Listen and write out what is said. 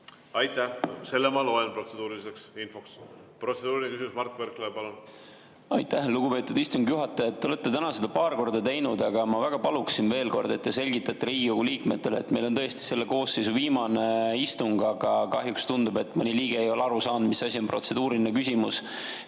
Aitäh! Selle ma loen protseduuriliseks infoks. Protseduuriline küsimus, Mart Võrklaev, palun! Aitäh, lugupeetud istungi juhataja! Te olete täna seda paar korda teinud, aga ma väga paluksin veel kord, et te selgitate Riigikogu liikmetele, et meil on tõesti selle koosseisu viimane istung. Aga kahjuks tundub, et mõni liige ei ole aru saanud, mis asi on protseduuriline küsimus.